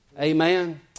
Amen